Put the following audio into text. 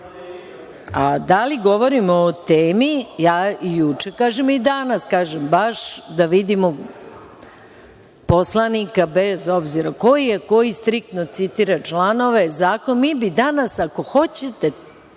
Da li govorimo o temi, ja i juče i danas kažem, baš da vidimo poslanika bez obzira koji je, koji striktno citira članove zakona. Mi bi danas ako hoćete